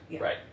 right